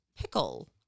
Pickle